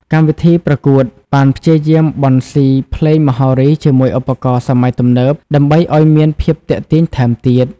កម្មវិធីប្រកួតបានព្យាយាមបន្ស៊ីភ្លេងមហោរីជាមួយឧបករណ៍សម័យទំនើបដើម្បីឲ្យមានភាពទាក់ទាញថែមទៀត។